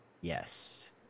Yes